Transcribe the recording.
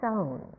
own